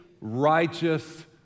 righteous